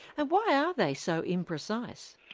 ah why are they so imprecise?